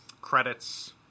Credits